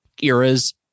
eras